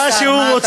מה שהוא רוצה.